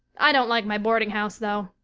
i don't like my boardinghouse, though.